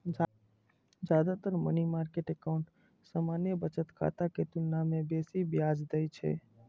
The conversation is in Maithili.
जादेतर मनी मार्केट एकाउंट सामान्य बचत खाता के तुलना मे बेसी ब्याज दै छै